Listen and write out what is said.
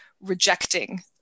rejecting